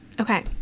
Okay